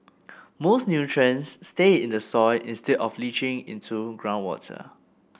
more nutrients stay in the soil instead of leaching into groundwater